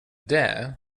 där